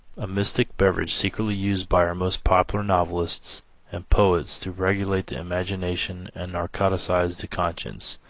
a mystic beverage secretly used by our most popular novelists and poets to regulate the imagination and narcotize the conscience.